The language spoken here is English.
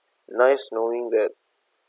nice knowing that